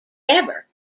ever